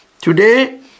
Today